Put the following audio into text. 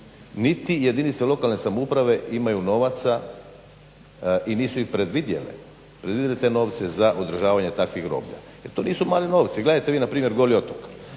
niti jedinice lokalne samouprave imaju novaca i nisu ih predvidjele, predvidjele te novce za održavanje takvih groblja. Jer to nisu mali novci. Gledajte vi na primjer Goli otok.